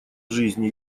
жизни